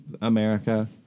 America